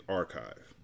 archive